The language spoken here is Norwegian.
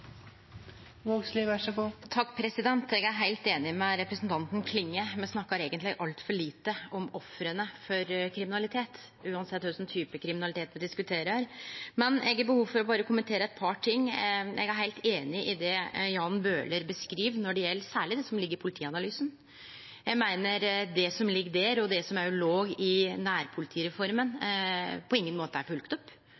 Klinge. Me snakkar eigentleg altfor lite om offera for kriminalitet, uansett kva for type kriminalitet me diskuterer. Eg har behov for berre å kommentere eit par ting. Eg er heilt einig i det Jan Bøhler beskriv når det gjeld særleg det som ligg i Politianalysen. Eg meiner det som ligg der, og det som òg låg i nærpolitireforma,